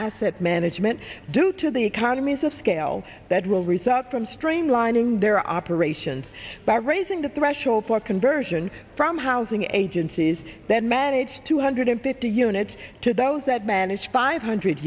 asset management due to the economies of scale that will result from streamlining their operations by raising the threshold for conversion from housing agencies that manage two hundred fifty units to those that manage five hundred